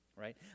Right